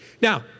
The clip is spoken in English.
Now